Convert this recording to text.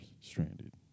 stranded